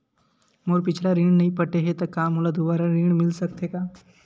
मोर पिछला ऋण नइ पटे हे त का मोला दुबारा ऋण मिल सकथे का?